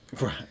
Right